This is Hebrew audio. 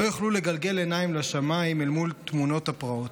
יוכלו לגלגל עיניים לשמיים אל מול תמונות הפרעות.